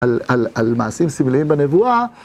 על מעשים סמליים בנבואה.